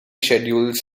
schedules